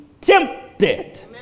tempted